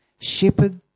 Shepherd